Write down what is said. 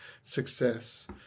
success